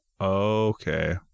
Okay